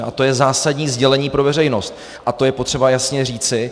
A to je zásadní sdělení pro veřejnost a to je potřeba jasně říci.